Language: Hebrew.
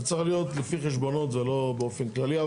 זה צריך להיות לפי חשבונות, זה לא באופן כללי.